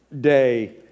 day